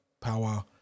Power